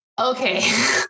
okay